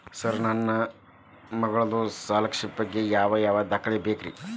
Sir ನನ್ನ ಮಗ್ಳದ scholarship ಗೇ ಯಾವ್ ಯಾವ ದಾಖಲೆ ಬೇಕ್ರಿ?